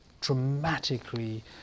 dramatically